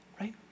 Right